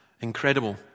incredible